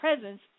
presence